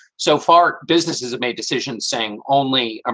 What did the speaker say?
so far, businesses have made decisions saying only, ah